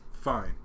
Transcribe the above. Fine